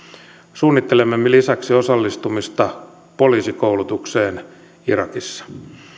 suunnittelemme lisäksi osallistumista poliisikoulutukseen irakissa